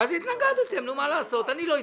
אז התנגדתם, מה לעשות, אני לא התנגדתי.